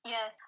Yes